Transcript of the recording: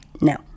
No